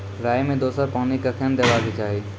राई मे दोसर पानी कखेन देबा के चाहि?